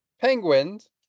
penguins